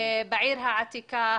בעיר העתיקה,